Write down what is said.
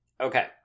Okay